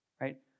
right